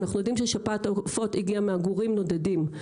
אנחנו יודעים ששפעת העופות הגיעה מעגורים נודדים,